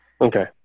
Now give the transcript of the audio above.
Okay